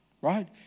right